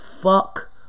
fuck